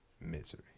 Misery